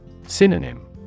Synonym